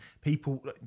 people